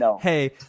hey